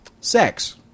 Sex